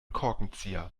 korkenzieher